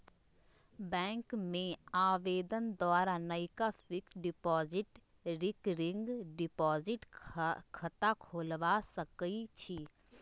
bank में आवेदन द्वारा नयका फिक्स्ड डिपॉजिट, रिकरिंग डिपॉजिट खता खोलबा सकइ छी